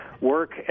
work